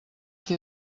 qui